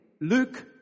Luke